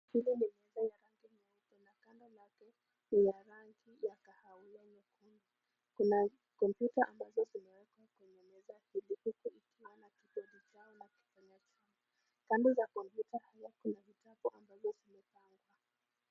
Hili ni meza ya rangi nyeupe na kando yake ni ya rangi ya kahawia nyekundu. Kuna kompyuta ambazo zimewekwa kwenye meza kila kikiwa na jibodi chao na kipanya. Kando za kompyuta hizo kuna vitabu ambazo zimepangwa.